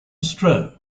strode